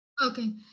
Okay